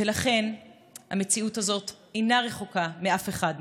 ולכן המציאות הזאת אינה רחוקה מאף אחד מאיתנו.